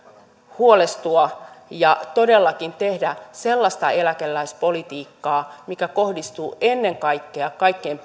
huolestua ja todellakin tehdä sellaista eläkeläispolitiikkaa mikä kohdistuu ennen kaikkea kaikkein